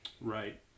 Right